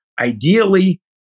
ideally